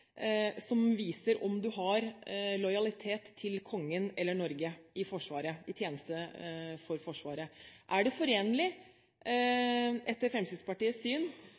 som viser om man har lojalitet til Kongen eller Norge i tjeneste for Forsvaret? Er det etter Fremskrittspartiets syn